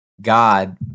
God